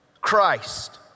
Christ